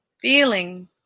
feeling